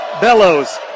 Bellows